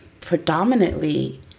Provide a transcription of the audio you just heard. predominantly